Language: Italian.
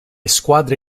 squadre